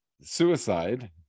suicide